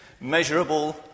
measurable